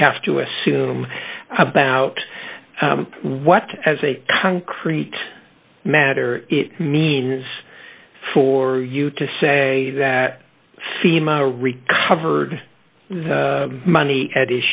we have to assume about what as a concrete matter it means for you to say that seem out a recovered money at